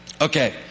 okay